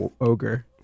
Ogre